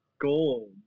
gold